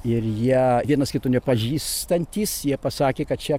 ir jie vienas kito nepažįstantys jie pasakė kad čia